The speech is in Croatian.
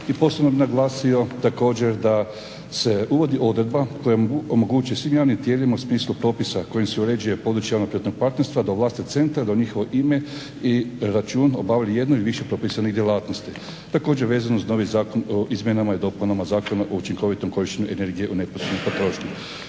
I posebno bih naglasio također da se uvodi odredba koja omogućuje svim javnim tijelima u smislu propisa kojim se uređuje područje javno-privatnog partnerstva da ovlaste centar da u njihovo ime i račun obavlja jedno ili više propisanih djelatnosti. Također vezano uz novi Zakon o izmjenama i dopunama Zakona o učinkovitom korištenju energije u neposrednoj potrošnji.